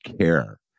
care